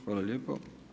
Hvala lijepo.